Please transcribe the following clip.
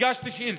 הגשתי שאילתה,